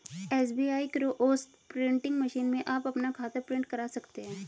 SBI kiosk printing machine में आप अपना खाता प्रिंट करा सकते हैं